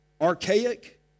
Archaic